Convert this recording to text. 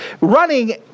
running